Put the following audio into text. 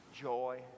joy